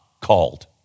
called